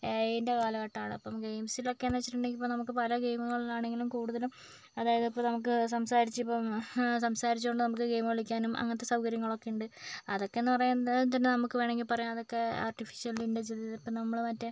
A ഐൻ്റെ കാലഘട്ടമാണ് അപ്പോൾ ഗെയിംസിലൊക്കെ എന്ന് വെച്ചിട്ടുണ്ടെങ്കിൽ ഇപ്പോൾ പല ഗെയിമുകൾ ആണെങ്കിലും കൂടുതലും അതായത് നമുക്ക് സംസാരിച്ച് ഇപ്പം സംസാരിച്ചതുകൊണ്ട് നമുക്ക് ഗെയിം കളിക്കാനും അങ്ങനത്തെ സൗകര്യങ്ങളൊക്കെ ഉണ്ട് അതൊക്കെ എന്ന് പറയുന്നത് നമുക്ക് വേണമെങ്കിൽ പറയാം അതൊക്കെ ആർട്ടിഫിഷ്യൽ ഇൻറ്റലിജൻസ് ഇപ്പോൾ നമ്മൾ മറ്റേ